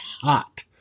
hot